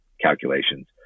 calculations